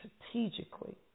strategically